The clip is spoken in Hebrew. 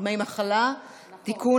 דמי מחלה (תיקון,